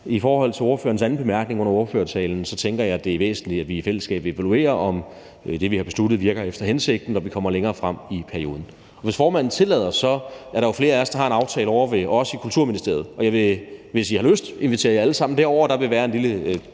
I forhold til ordførerens anden bemærkning under ordførertalen tænker jeg, at det er væsentligt, at vi i fællesskab evaluerer, om det, vi har besluttet, virker efter hensigten, når vi kommer længere frem i perioden. Hvis formanden tillader det, vil jeg sige, at der jo er flere, der har en aftale ovre hos os i Kulturministeriet, og jeg vil, hvis I har lyst, invitere jer alle sammen derover. Der vil være en lille